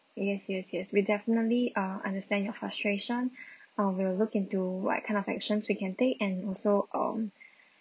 yes yes yes we definitely uh understand your frustration uh we will look into what kind of actions we can take and also um